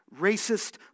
racist